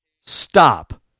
stop